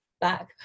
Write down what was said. back